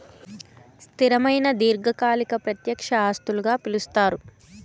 స్థిరమైన దీర్ఘకాలిక ప్రత్యక్ష ఆస్తులుగా పిలుస్తారు